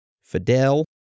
Fidel